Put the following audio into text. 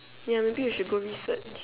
ya maybe you should go research